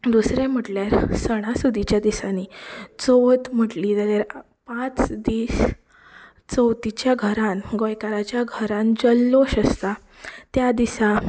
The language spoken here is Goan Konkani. दुसरें म्हणल्यार सणा सुधीच्या दिसांनी चवथ म्हणली जाल्यार पांच दीस चवथीच्या घरांत गोंयकाराच्या घरांत जल्लोश आसता त्या दिसा